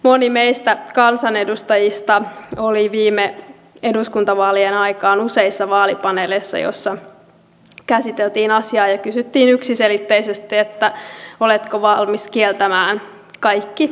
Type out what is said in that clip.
moni meistä kansanedustajista oli viime eduskuntavaalien aikaan useissa vaalipaneeleissa joissa käsiteltiin asiaa ja kysyttiin yksiselitteisesti oletko valmis kieltämään kaikki nollatyösopimukset